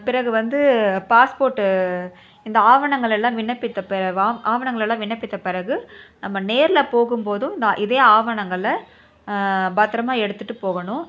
பிறகு வந்து பாஸ்போர்ட்டு இந்த ஆவணங்களெல்லாம் விண்ணப்பித்த பெறவா ஆவணங்களெல்லாம் விண்ணப்பித்த பிறகு நம்ம நேர்ல போகும்போதும் இந்த இதே ஆவணங்களை பத்தரமாக எடுத்துட்டு போகணும்